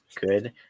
good